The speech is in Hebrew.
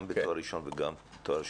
גם בתואר ראשון וגם בתואר שני,